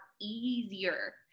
easier